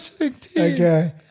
Okay